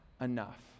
enough